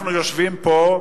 אנחנו יושבים פה,